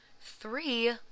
Three